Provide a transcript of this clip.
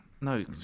No